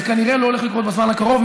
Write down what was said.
זה כנראה לא הולך לקרות בזמן הקרוב.